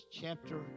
chapter